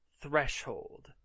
threshold